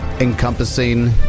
encompassing